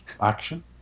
Action